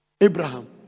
Abraham